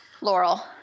Laurel